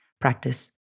practice